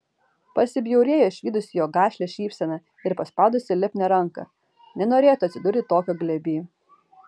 pasibjaurėjo išvydusi jo gašlią šypseną ir paspaudusi lipnią ranką nenorėtų atsidurti tokio glėby